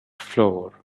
floor